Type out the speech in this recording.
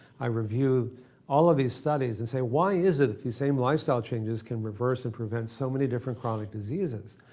i review all of these studies and say why is it that the same lifestyle choices can reverse and prevent so many different chronic diseases?